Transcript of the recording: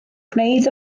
gwneud